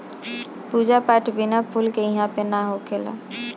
पूजा पाठ बिना फूल के इहां पे ना होखेला